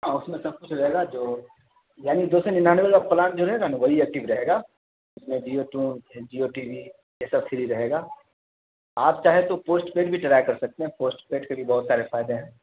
اور اس میں سب کچھ رہے گا جو یعنی دو سو نناوے کا پلان جو ہے نا وہی ایکٹیو رہے گا اس میں Jio tone Jio T V یہ سب فری رہے گا آپ چاہے تو پوسٹ پیڈ بھی ٹرائی کر سکتے ہیں پوسٹ پیڈ کے بھی بہت سارے فائدے ہیں